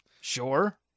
Sure